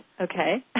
Okay